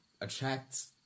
attracts